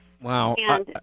Wow